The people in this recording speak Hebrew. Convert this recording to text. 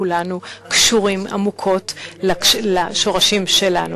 כולנו קשורים עמוקות לשורשים שלנו.